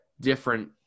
different